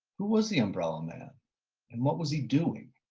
who was the umbrella man and what was he doing?